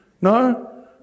No